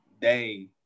day